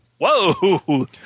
whoa